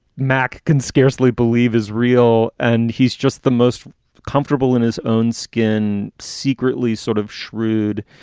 mack can scarcely believe is real. and he's just the most comfortable in his own skin. secretly sort of shrewd.